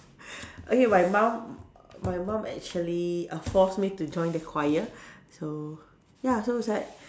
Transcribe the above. okay my mum my mum actually uh forced me to join the choir so ya so it's like